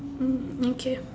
mm okay